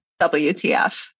WTF